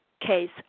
case